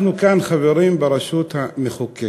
אנחנו כאן חברים ברשות המחוקקת.